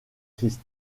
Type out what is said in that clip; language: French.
christ